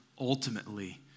ultimately